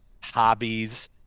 hobbies